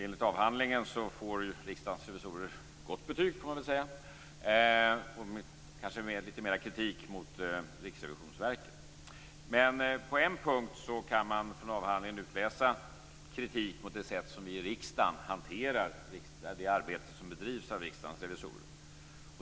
Enligt avhandlingen får Riksdagens revisorer gott betyg, får man väl säga. Det framkommer kanske lite mer kritik mot Riksrevisionsverket. Men på en punkt kan man från avhandlingen utläsa kritik mot det sätt som vi i riksdagen hanterar det arbete som bedrivs av Riksdagens revisorer.